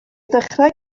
ddechrau